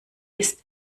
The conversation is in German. ist